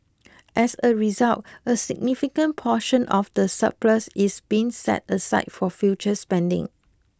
as a result a significant portion of the surplus is being set aside for future spending